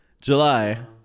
July